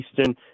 Eastern